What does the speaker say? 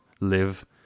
live